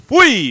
Fui